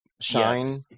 shine